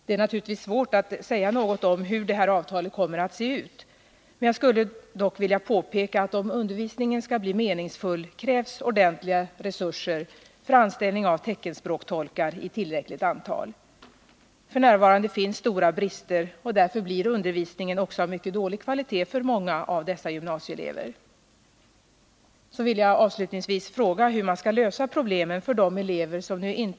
Det är naturligtvis svårt att säga något om hur detta avtal kommer att se ut, men jag skulle vilja påpeka, att om undervisningen skall bli meningsfull, krävs ordentliga resurser för anställning av teckenspråkstolkar i tillräckligt antal. F. n. finns det stora brister, och därför blir undervisningen också av mycket dålig kvalitet för många av dessa gymnasieelever.